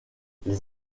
les